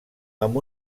amb